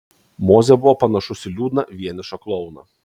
mozė buvo panašus į liūdną vienišą klouną